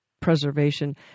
preservation